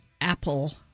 apple